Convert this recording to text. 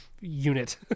unit